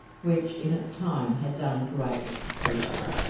which in its time had done great execution.